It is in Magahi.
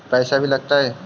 पैसा भी लगतय?